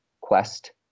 quest